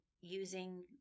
using